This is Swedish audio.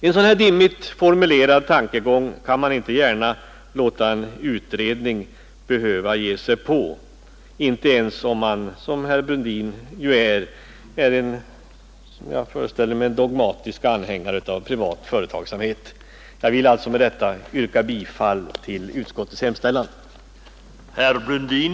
En så dimmigt formulerad tankegång kan man inte gärna låta en utredning ta upp, inte ens om man i likhet med herr Brundin — som jag föreställer mig — är dogmatisk anhängare av privat företagsamhet. Jag vill med det anförda yrka bifall till utskottets hemställan.